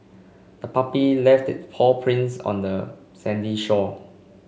the puppy left paw prints on the sandy shore